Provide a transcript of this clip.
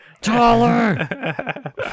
Taller